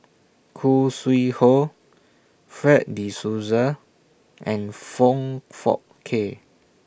Khoo Sui Hoe Fred De Souza and Foong Fook Kay